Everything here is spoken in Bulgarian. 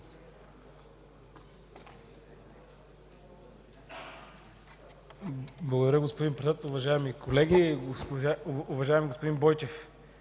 Благодаря, господин Председател. Уважаеми колеги! Уважаеми господин Бойчев,